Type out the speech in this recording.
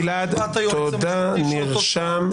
גלעד, תודה, נרשם.